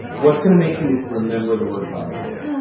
what's going to make you remember the word viability?